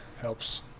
helps